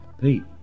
Pete